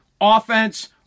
Offense